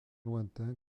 lointain